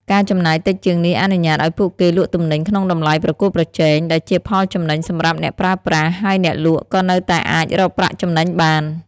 ការចំណាយតិចជាងនេះអនុញ្ញាតឲ្យពួកគេលក់ទំនិញក្នុងតម្លៃប្រកួតប្រជែង ដែលជាផលចំណេញសម្រាប់អ្នកប្រើប្រាស់ ហើយអ្នកលក់ក៏នៅតែអាចរកប្រាក់ចំណេញបាន។